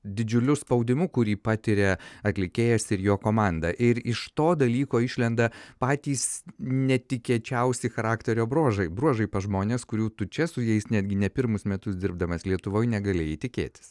didžiuliu spaudimu kurį patiria atlikėjas ir jo komanda ir iš to dalyko išlenda patys netikėčiausi charakterio bruožai bruožai pas žmones kurių tu čia su jais netgi ne pirmus metus dirbdamas lietuvoj negalėjai tikėtis